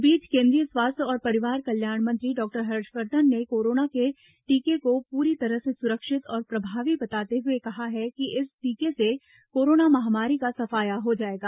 इस बीच केन्द्रीय स्वास्थ्य और परिवार कल्याण मंत्री डॉक्टर हर्षवर्धन ने कोरोना के टीके को पूरी तरह से सुरक्षित और प्रभावी बताते हुए कहा है कि इस टीके से कोरोना महामारी का सफाया हो जायेगा